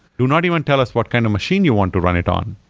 do not even tell us what kind of machine you want to run it on.